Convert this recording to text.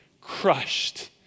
crushed